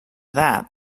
that